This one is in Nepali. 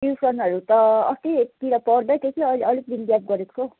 ट्युसनहरू त अस्तितिर पढ्दै थिएँ कि अहिले अलिक दिन ग्याप गरेको छु हौ